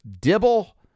Dibble